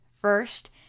first